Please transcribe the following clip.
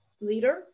leader